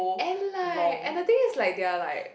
and like and the thing is like they're like